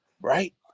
right